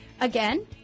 Again